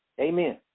Amen